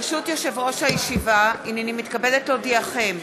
ברשות יושב-ראש הישיבה, הנני מתכבדת להודיעכם,